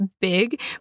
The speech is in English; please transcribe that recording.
big